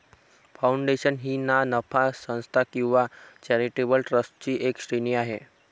foundation ही ना नफा संस्था किंवा चॅरिटेबल ट्रस्टची एक श्रेणी आहे